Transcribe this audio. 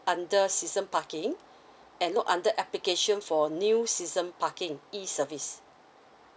under season parking and look under application for new season parking E service